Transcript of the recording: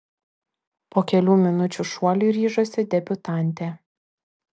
po kelių minučių šuoliui ryžosi debiutantė